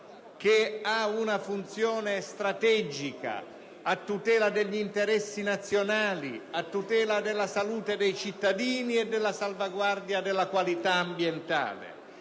che ha una funzione strategica a tutela degli interessi nazionali, della salute dei cittadini e della salvaguardia della qualità ambientale.